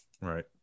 Right